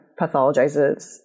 pathologizes